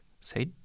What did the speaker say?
say